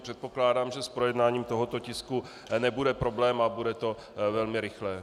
Předpokládám, že s projednáním tohoto tisku nebude problém a bude to velmi rychlé.